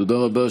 תודה רבה.